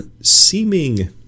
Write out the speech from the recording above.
seeming